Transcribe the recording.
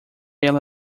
ela